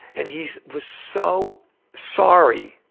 and he was so sorry.